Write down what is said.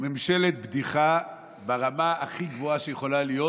ממשלת בדיחה ברמה הכי גבוהה שיכולה להיות,